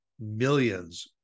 millions